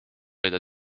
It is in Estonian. leida